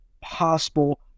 possible